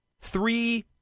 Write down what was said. three